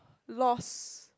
lost